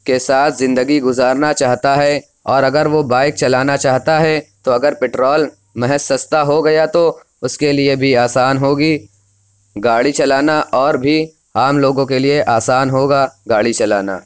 کے ساتھ زندگی گزارنا چاہتا ہے اور اگر وہ بائیک چلانا چاہتا ہے تو اگر پٹرول محض سستا ہو گیا تو اس کے لیے بھی آسان ہوگی گاڑی چلانا اور بھی عام لوگوں کے لیے آسان ہوگا گاڑی چلانا